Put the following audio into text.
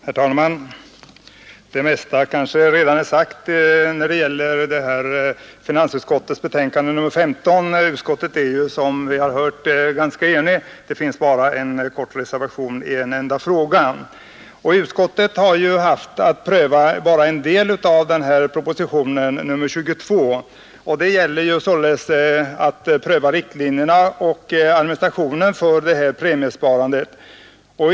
Herr talman! Det mesta kanske redan är sagt när det gäller finansutskottets betänkande nr 15. Som vi har hört är utskottet ganska enigt. Det finns bara en kort reservation i en enda fråga. Utskottet har haft att ta ställning till endast en del av propositionen 22, nämligen att pröva riktlinjerna och administrationen för premiesparandet.